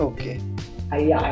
Okay